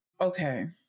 okay